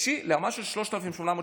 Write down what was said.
חודשי לרמה של 3,800 שקל.